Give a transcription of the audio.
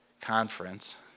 Conference